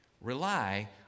rely